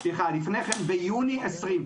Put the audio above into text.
ביוני 20',